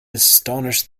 astonished